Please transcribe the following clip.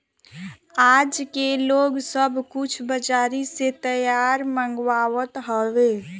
आजके लोग सब कुछ बजारी से तैयार मंगवात हवे